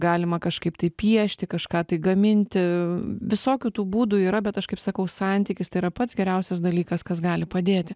galima kažkaip tai piešti kažką tai gaminti visokių tų būdų yra bet aš kaip sakau santykis tai yra pats geriausias dalykas kas gali padėti